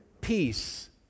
peace